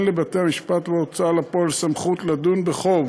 לבתי המשפט וההוצאה לפועל סמכות לדון בחוב